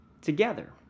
together